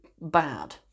bad